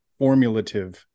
formulative